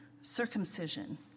Circumcision